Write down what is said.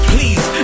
Please